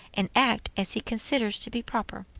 and act as he considers to be proper.